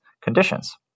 conditions